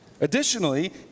Additionally